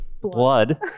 blood